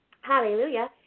Hallelujah